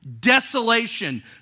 Desolation